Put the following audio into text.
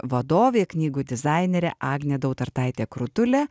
vadovė knygų dizainerė agnė dautartaitė krutulė